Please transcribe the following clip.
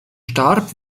starb